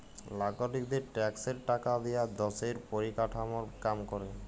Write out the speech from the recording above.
লাগরিকদের ট্যাক্সের টাকা দিয়া দ্যশের পরিকাঠামর কাম ক্যরে